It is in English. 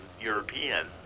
European